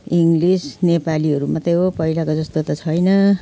English नेपालीहरू मात्रै हो पहिलाको जस्तो त छैन